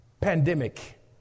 pandemic